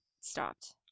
stopped